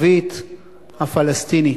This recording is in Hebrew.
הערבית-הפלסטינית.